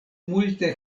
multe